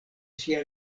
sia